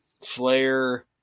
Flair